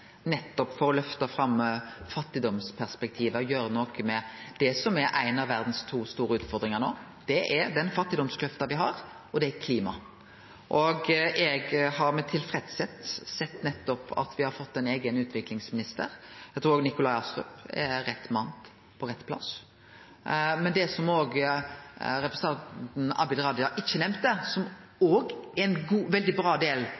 nettopp å løfte fram fattigdomsperspektivet og gjere noko med det som er ei av verdas to store utfordringar no. Det er den fattigdomskløfta me har, og det er klima. Eg har med tilfredsheit sett at me har fått ein eigen utviklingsminister, og eg trur Nikolai Astrup er rett mann på rett plass. Men det som representanten Abid Raja ikkje nemnde, som også er ein veldig bra del